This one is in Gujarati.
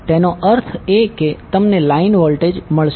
તેનો અર્થ એ કે તમને લાઇન વોલ્ટેજ મળશે